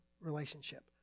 relationship